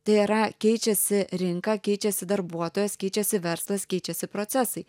tai yra keičiasi rinka keičiasi darbuotojas keičiasi verslas keičiasi procesai